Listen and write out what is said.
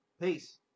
Peace